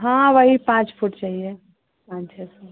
हाँ वही पाँच फुट चाहिए पाँच छः फुट